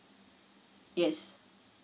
yes